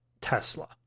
Tesla